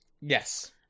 Yes